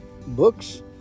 books